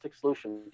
solution